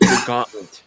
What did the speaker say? forgotten